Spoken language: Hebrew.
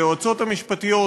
ליועצות המשפטיות,